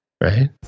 right